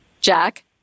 Jack